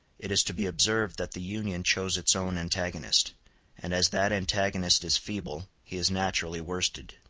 it is to be observed that the union chose its own antagonist and as that antagonist is feeble, he is naturally worsted.